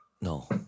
No